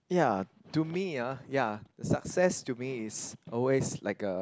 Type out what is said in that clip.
ya to me ah ya success to me is always like a